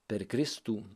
per kristų